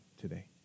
today